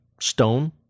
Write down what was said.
stone